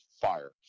fire